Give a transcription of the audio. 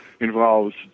involves